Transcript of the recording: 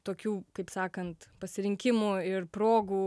tokių kaip sakant pasirinkimų ir progų